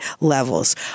levels